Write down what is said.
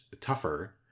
tougher